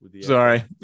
Sorry